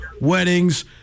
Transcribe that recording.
weddings